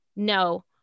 No